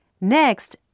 next